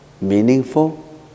meaningful